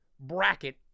Bracket